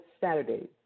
Saturdays